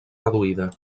reduïda